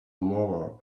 murmur